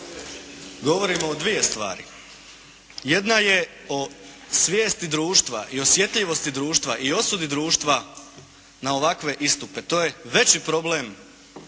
govorimo o dvije stvari. Jedna je o svijesti društva i osjetljivosti društva i osudi društva na ovakve istupe. To je veći problem